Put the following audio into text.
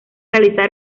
realizar